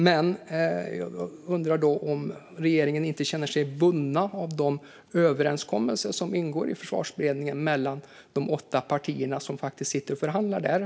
Jag undrar då om regeringen inte känner sig bunden av de överenskommelser som ingås i Försvarsberedningen mellan de åtta partier som faktiskt sitter och förhandlar där.